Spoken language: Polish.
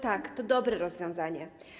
Tak, to dobre rozwiązanie.